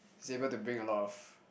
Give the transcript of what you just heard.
is able to bring a lot of